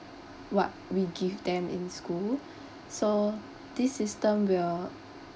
what we give them in school so this system will